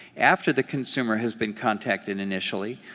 after the consumer has been contacted initially,